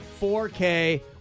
4K